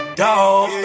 dog